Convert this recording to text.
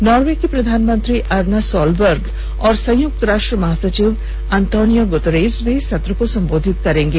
Norway की प्रधानमंत्री Erna Solberg और संयुक्तराष्ट्र महासचिव अंतोनियो गुतेरस भी सत्र को संबोधित करेंगे